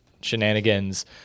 shenanigans